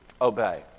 obey